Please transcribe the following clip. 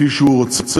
כפי שהוא רוצה.